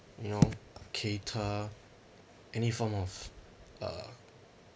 you know cater any form of uh